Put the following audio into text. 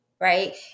right